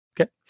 Okay